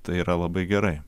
tai yra labai gerai